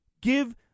Give